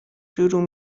شروع